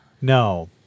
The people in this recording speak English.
No